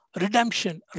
redemption